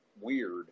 weird